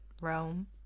Rome